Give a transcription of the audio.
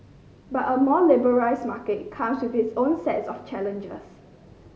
but a more liberalised market comes with its own set of challenges